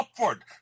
upward